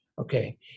okay